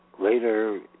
later